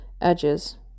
edges